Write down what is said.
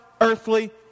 earthly